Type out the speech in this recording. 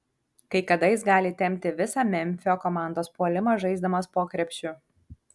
kai kada jis gali tempti visą memfio komandos puolimą žaisdamas po krepšiu